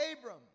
Abram